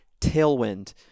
tailwind